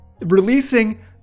Releasing